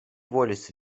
volis